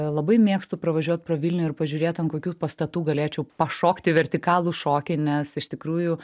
labai mėgstu pravažiuot pro vilnių ir pažiūrėt ant kokių pastatų galėčiau pašokti vertikalų šokį nes iš tikrųjų